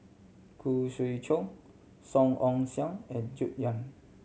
Khoo Swee Chiow Song Ong Siang and June Yap